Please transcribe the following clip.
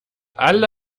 alle